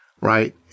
right